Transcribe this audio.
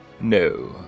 No